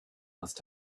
must